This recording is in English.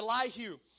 Elihu